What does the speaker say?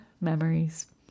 Memories